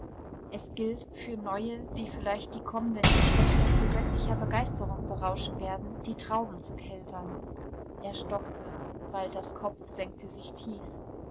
es gilt für neue die vielleicht die kommenden geschlechter zu göttlicher begeisterung berauschen werden die trauben zu keltern er stockte walters kopf senkte sich tief